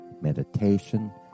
meditation